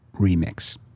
remix